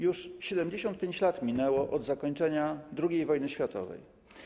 Już 75 lat minęło od zakończenia II wojny światowej.